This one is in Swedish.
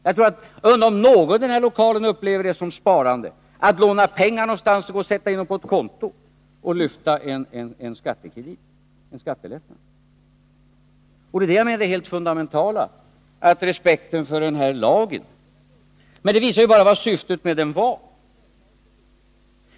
Jag undrar om någon häri kammaren upplever det som sparande att låna pengar någonstans och gå och sätta in dem på ett konto och tillgodogöra sig en skattelättnad. Vad jag menar är det helt fundamentala är respekten för den här lagen. Men det här visar bara vad syftet med den var.